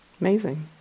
Amazing